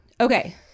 Okay